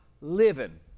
living